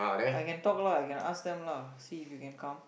I can talk lah I can ask them lah see if you can come